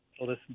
listen